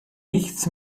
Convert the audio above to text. nichts